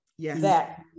Yes